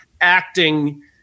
acting